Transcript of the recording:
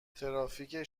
ترافیک